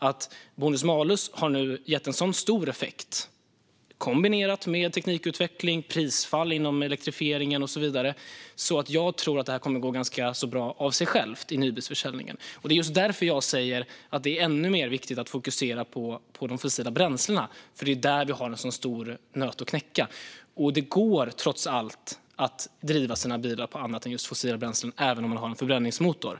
Bonus-malus-systemet har nu gett en sådan stor effekt, kombinerat med teknikutveckling, prisfall inom elektrifieringen och så vidare, att jag tror att det här kommer att gå ganska bra av sig självt i nybilsförsäljningen. Det är just därför jag säger att det är ännu viktigare att fokusera på de fossila bränslena. Det är där vi har en stor nöt att knäcka. Det går trots allt att driva sin bil på annat än fossila bränslen även om man har en förbränningsmotor.